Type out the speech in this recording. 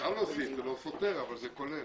אפשר להוסיף, זה לא סותר אבל זה כולל.